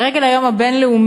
לרגל היום הבין-לאומי